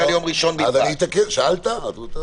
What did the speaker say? - שאלת.